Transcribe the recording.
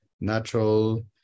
natural